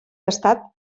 estat